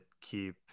keep